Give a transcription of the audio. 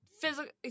Physical